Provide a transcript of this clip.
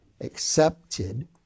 accepted